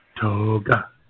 Toga